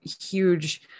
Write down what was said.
huge